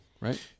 right